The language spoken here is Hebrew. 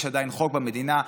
יש עדיין חוק במדינה,